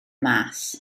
mas